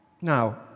Now